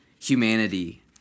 humanity